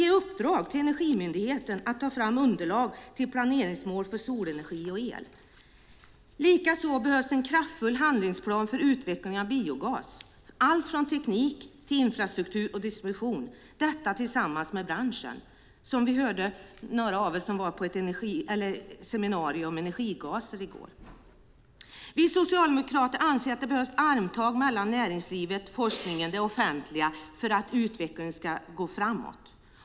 Vi behöver ge Energimyndigheten i uppdrag att ta fram underlag till planeringsmål för solenergi och el. Likaså behövs det en kraftfull handlingsplan för utvecklingen av biogas. Det gäller då allt från teknik till infrastruktur och distribution, och detta behöver göras tillsammans med branschen, som vi hört - några av er var ju i går på ett seminarium om energigaser. Vi socialdemokrater anser att det behövs armtag mellan näringslivet, forskningen och det offentliga för att utvecklingen ska gå framåt.